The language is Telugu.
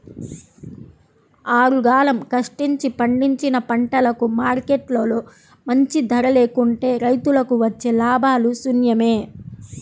ఆరుగాలం కష్టించి పండించిన పంటకు మార్కెట్లో మంచి ధర లేకుంటే రైతులకు వచ్చే లాభాలు శూన్యమే